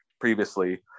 previously